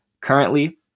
currently